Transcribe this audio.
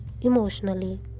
emotionally